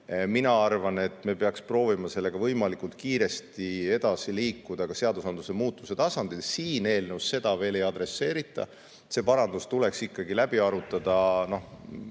Mina arvan, et me peaksime proovima sellega võimalikult kiiresti edasi liikuda ka seadusandluse tasandil. Siin eelnõus seda veel ei adresseerita. See parandus tuleks ikkagi läbi arutada veel